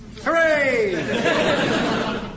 Hooray